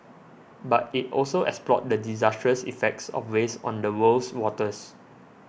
but it also explored the disastrous effects of waste on the world's waters